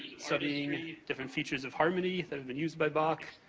studying different features of harmony that have been used by bach.